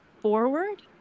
forward